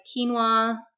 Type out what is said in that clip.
quinoa